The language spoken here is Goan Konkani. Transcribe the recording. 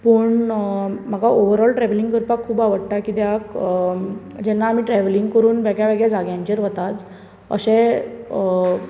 पूण म्हाका ओवरऑल ट्रॅवलिंग करपाक खूब आवडटा कित्याक जेन्ना आमी ट्रॅवलिंग करून वेगळ्या वेगळ्या जाग्यांचेर वतात अशे